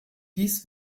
dies